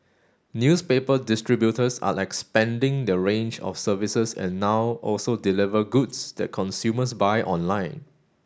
newspaper distributors are expanding their range of services and now also deliver goods that consumers buy online